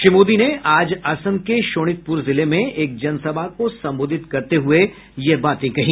श्री मोदी आज असम के शोणितपुर जिले में एक जनसभा को संबोधित करते हुए यह बातें कहीं